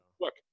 Look